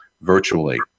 virtually